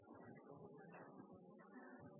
statsråd